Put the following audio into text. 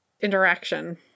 interaction